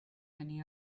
many